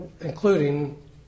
including